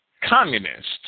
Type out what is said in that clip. Communist